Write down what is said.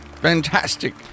fantastic